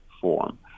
form